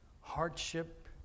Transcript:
hardship